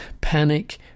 panic